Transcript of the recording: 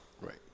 Right